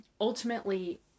Ultimately